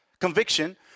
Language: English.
conviction